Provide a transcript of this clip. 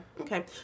okay